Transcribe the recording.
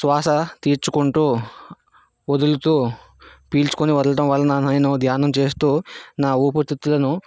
శ్వాస తీర్చుకుంటూ వదులుతూ పీల్చుకోని వదలటం వలన నేను ధ్యానం చేస్తూ నా ఊపిరితిత్తులను